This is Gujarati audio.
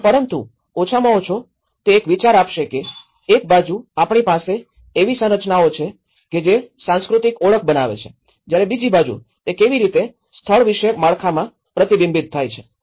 પણ પરંતુ ઓછામાં ઓછો તે એક વિચાર આપશે કે એક બાજુ આપણી પાસે એવી સંરચનાઓ છે કે જે સાંસ્કૃતિક ઓળખ બનાવે છે જયારે બીજી બાજુ તે કેવી રીતે સ્થળવિષયક માળખામાં પ્રતિબિંબિત થાય છે